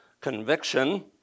conviction